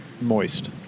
moist